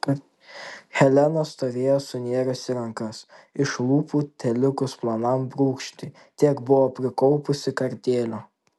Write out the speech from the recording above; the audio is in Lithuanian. helena stovėjo sunėrusi rankas iš lūpų telikus plonam brūkšniui tiek buvo prikaupusi kartėlio